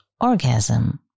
orgasm